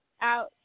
out